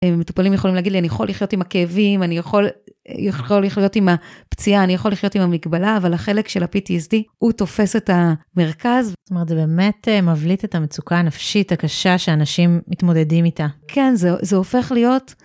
מטופלים יכולים להגיד לי, אני יכול לחיות עם הכאבים, אני יכול לחיות עם הפציעה, אני יכול לחיות עם המגבלה, אבל החלק של ה-PTSD, הוא תופס את המרכז. זאת אומרת, זה באמת מבליט את המצוקה הנפשית הקשה שאנשים מתמודדים איתה. כן, זה הופך להיות...